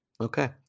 Okay